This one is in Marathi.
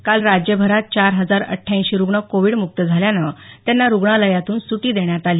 काल राज्यभरात चार हजार अष्ठ्याऐंशी रुग्ण कोविड मुक्त झाल्यानं त्यांना रुग्णालयातून सुटी देण्यात आली